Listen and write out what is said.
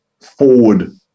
forward